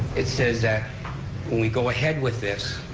it says that when we go ahead with this,